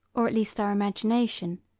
or at least our imagination,